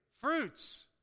Fruits